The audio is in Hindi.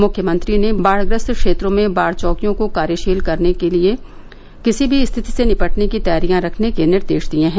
मुख्यमंत्री ने बाढग्रस्त क्षेत्रों में बाढ़ चौकियों को कार्यशील करने के साथ किसी भी स्थिति से निपटने की तैयारियां रखने के निर्देश दिये हैं